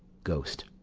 ghost.